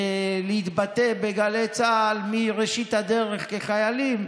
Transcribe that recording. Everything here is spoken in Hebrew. להתבטא בגלי צה"ל מראשית הדרך כחיילים,